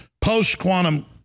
post-quantum